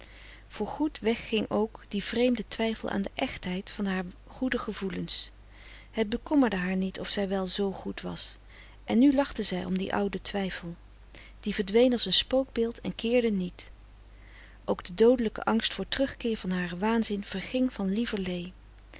voor goed weg ging ook die vreemde twijfel aan de echtheid van haar goede gevoelens het bekommerde haar niet of zij wel z goed was en nu lachte zij om dien ouden twijfel die verdween als een spook beeld en keerde niet ook de doodelijke angst voor terugkeer van haren waanzin verging van lieverlee